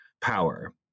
power